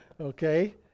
Okay